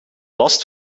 last